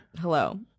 hello